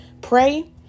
pray